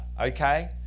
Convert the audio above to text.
Okay